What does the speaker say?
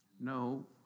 No